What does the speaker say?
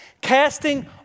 casting